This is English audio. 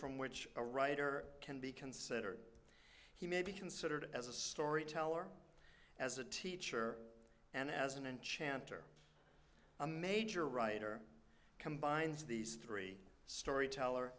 from which a writer can be considered he may be considered as a storyteller as a teacher and as an enchanter a major writer combines these three story teller